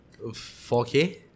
4K